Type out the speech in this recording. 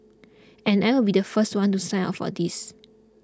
and I will be the first one to sign up for these